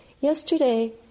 Yesterday